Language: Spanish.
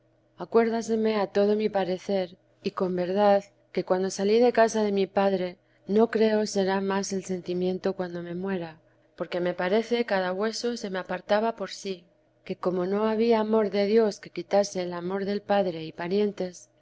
del acuérdaseme a todo mi parecer y con verdad que cuando salí de casa de mi padre no creo será más el sentimiento cuando me muera porque me parece cada hueso se me apartaba por sí que como no había amor de dios que quitase el amor del padre y parientes